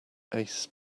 ace